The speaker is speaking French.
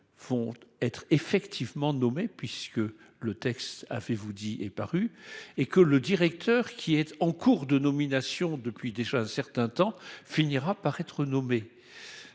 fonte être effectivement nommé puisque le texte a fait vous dit est paru et que le directeur qui est en cours de nomination depuis déjà un certain temps finira par être nommé.